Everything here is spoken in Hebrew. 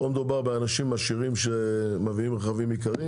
פה מדובר על אנשים עשירים שמביאים רכבים יקרים,